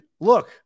look